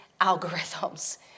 algorithms